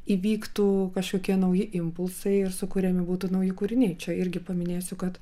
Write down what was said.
įvyktų kažkokie nauji impulsai ir sukuriami būtų nauji kūriniai čia irgi paminėsiu kad